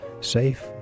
safe